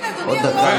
עוד דקה